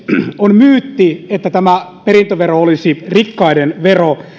on myytti että tämä perintövero olisi rikkaiden vero